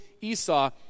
Esau